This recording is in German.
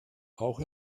auch